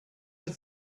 but